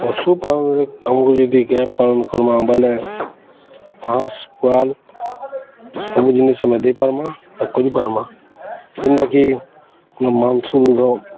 ପଶୁପାଳନରେ ଆମକୁ ଯଦି ଗାଏ ପାଳନ କର୍ମା ବୋଲେ ଘାସ ପାଲ୍ ସବୁ ଜିନିଷ୍ ଆମେ ଦେଇପାର୍ମା ବା କରିପାର୍ମା କି ମାଂସ ଦୁଧ